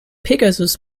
pegasus